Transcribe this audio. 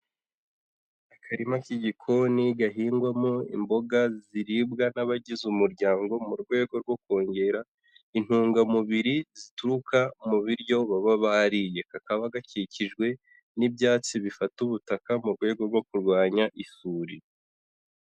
Akarima k'igikoni gahingwamo imboga ziribwa n'abagize umuryango mu rwego rwo kongera intungamubiri zituruka mu biryo baba bariye. Kakaba gakikijwe n'ibyatsi bifata ubutaka mu rwego rwo kurwanya isuri.